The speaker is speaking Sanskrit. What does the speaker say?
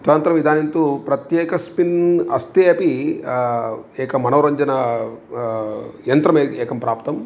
तदनन्तरम् इदानीं तु प्रत्येकस्मिन् अस्त्यपि एकं मनोरञ्जनं यन्त्रमेकं एकं प्राप्तं